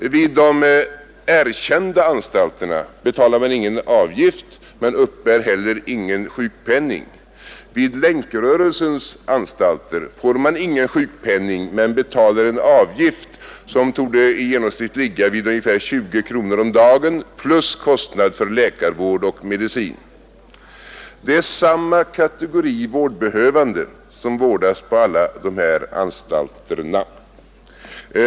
Vid de erkända anstalterna betalar man ingen avgift, man uppbär heller ingen sjukpenning. Vid Länkrörelsens anstalter får man ingen sjukpenning men betalar en avgift som i genomsnitt torde ligga vid ungefär 20 kronor om dagen plus kostnad för läkarvård och medicin. Det är samma kategori vårdbehövande som vårdas på alla dessa anstalter.